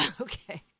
Okay